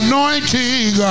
Anointing